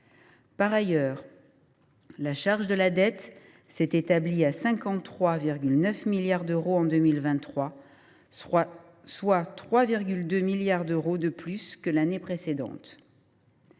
Par ailleurs, la charge de la dette s’est établie à 53,9 milliards d’euros en 2023, soit 3,2 milliards d’euros de plus que l’année précédente.